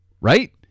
Right